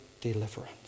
deliverance